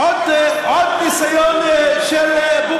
זה עוד ניסיון להציל את המפלגה לפני שהיא קורסת,